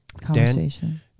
conversation